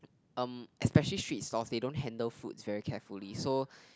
um especially street stalls they don't handle food very carefully so